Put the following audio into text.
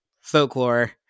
folklore